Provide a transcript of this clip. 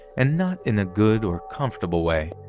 and not in a good or comfortable way.